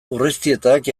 urreiztietak